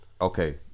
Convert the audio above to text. Okay